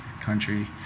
country